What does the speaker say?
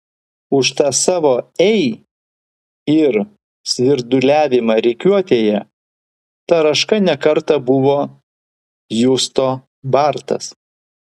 už tą savo ei ir svirduliavimą rikiuotėje taraška ne kartą buvo justo bartas